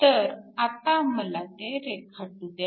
तर आता मला ते रेखाटू द्या